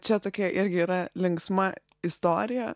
čia tokia irgi yra linksma istorija